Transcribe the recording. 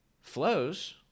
flows